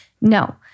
No